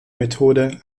methode